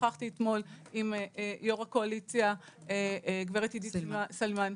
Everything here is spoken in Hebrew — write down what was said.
שוחחתי אתמול עם יו"ר הקואליציה, גב' עידית סילמן.